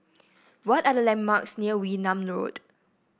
what are the landmarks near Wee Nam Road